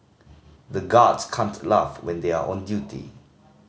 the guards can't laugh when they are on duty